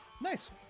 Nice